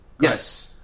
yes